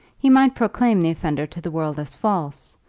he might proclaim the offender to the world as false,